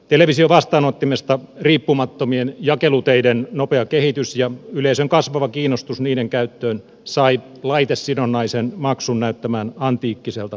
televisiovastaanottimesta riippumattomien jakeluteiden nopea kehitys ja yleisön kasvava kiinnostus niiden käyttöön sai laitesidonnaisen maksun näyttämään antiikkiselta